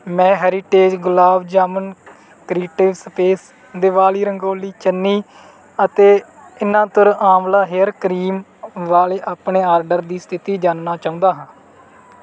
ਮੈਂ heritage gulab jamun creative space Diwali rangoli ਚੰਨੀ ਅਤੇ ਇਨਾਤੁਰ ਆਂਵਲਾ ਹੇਅਰ ਕਰੀਮ ਵਾਲੇ ਆਪਣੇ ਆਰਡਰ ਦੀ ਸਥਿਤੀ ਜਾਣਨਾ ਚਾਹੁੰਦਾ ਹਾਂ